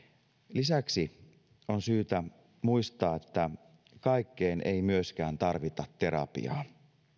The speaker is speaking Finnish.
lisäksi on syytä muistaa että kaikkeen ei myöskään tarvita terapiaa